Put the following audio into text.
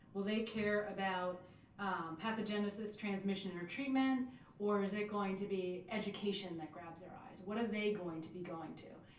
will they care about pathogenesis transmission or treatment or is it going to be education that grabs their eye? what are they going to be going to?